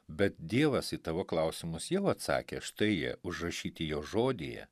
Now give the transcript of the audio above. bet dievas į tavo klausimus jau atsakė štai jie užrašyti jo žodyje